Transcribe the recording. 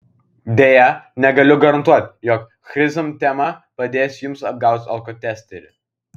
deja negaliu garantuoti jog chrizantema padės jums apgauti alkotesterį